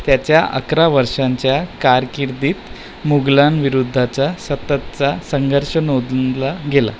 त्याच्या अकरा वर्षांच्या कारकिर्दीत मुघलांविरुद्धचा सततचा संघर्ष नोंदला गेला